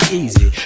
easy